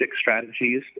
strategies